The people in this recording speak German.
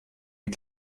die